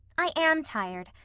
i am tired,